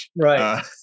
right